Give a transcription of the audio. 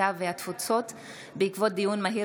הקליטה והתפוצות בעקבות דיון מהיר